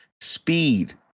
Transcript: speed